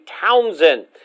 Townsend